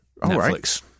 Netflix